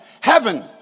heaven